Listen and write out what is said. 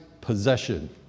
possession